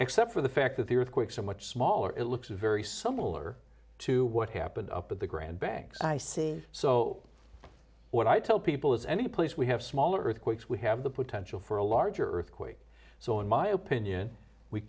except for the fact that the earthquake so much smaller it looks very similar to what happened up at the grand banks i see so what i tell people is any place we have smaller earthquakes we have the potential for a larger earthquake so in my opinion we